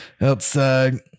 outside